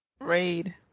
Raid